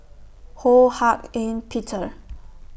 Ho Hak Ean Peter